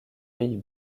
pays